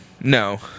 No